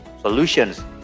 solutions